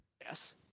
Yes